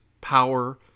power